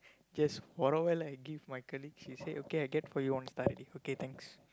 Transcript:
just borrow like give my colleague she say okay I get for you one star already okay thanks